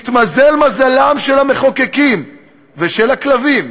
התמזל מזלם של המחוקקים ושל הכלבים,